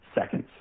seconds